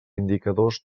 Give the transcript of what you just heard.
indicadors